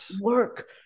work